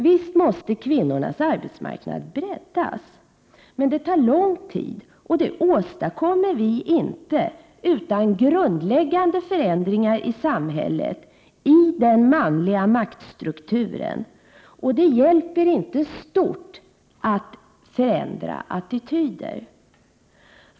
Visst måste kvinnors arbetsmarknad breddas, men det tar lång tid, och det åstadkommer vi inte utan grundläggande förändringar i samhället, i den manliga maktstrukturen. Det hjälper inte stort att förändra attityder.